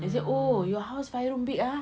they say oh your house five room big ah